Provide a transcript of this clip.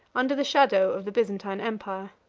under the shadow of the byzantine empire.